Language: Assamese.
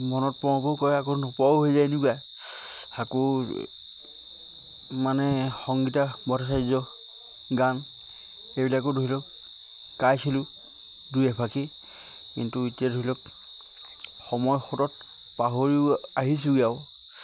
মনত পৰোঁ পৰোঁ কৰে আকৌ নপৰাও হৈ যায় এনেকুৱা আকৌ মানে সংগীতা ভট্টাচাৰ্যৰ গান এইবিলাকো ধৰি লওক গাইছিলোঁ দুই এফাঁকি কিন্তু এতিয়া ধৰি লওক সময়ৰ সোঁতত পাহৰি আহিছোঁ আৰু